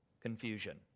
confusion